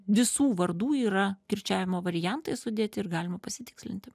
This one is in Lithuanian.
visų vardų yra kirčiavimo variantai sudėti ir galima pasitikslinti